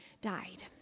died